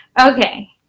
Okay